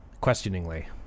questioningly